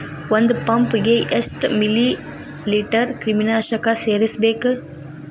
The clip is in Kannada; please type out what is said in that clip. ಒಂದ್ ಪಂಪ್ ಗೆ ಎಷ್ಟ್ ಮಿಲಿ ಲೇಟರ್ ಕ್ರಿಮಿ ನಾಶಕ ಸೇರಸ್ಬೇಕ್?